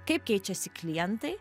kaip keičiasi klientai